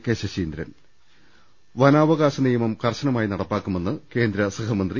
K Saseendran വനാവകാശ നിയമം കർശനമായി നടപ്പാക്കുമെന്ന് കേന്ദ്ര സഹമന്ത്രി